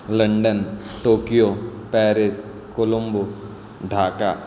London Tokyo Paris Colombo Dhaka